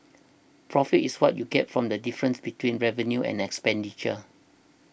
profit is what you get from the difference between revenue and expenditure